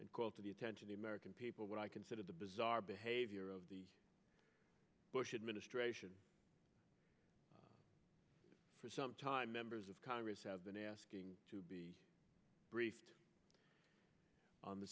and call to the attention the american people what i consider the bizarre behavior of the bush administration for some time members of congress have been asking to be briefed on the